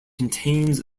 contains